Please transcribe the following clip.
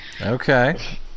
Okay